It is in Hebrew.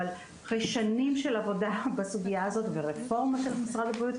אבל אחרי שנים של עבודה בסוגייה הזאת ורפורמה של משרד הבריאות,